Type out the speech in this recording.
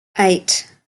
eight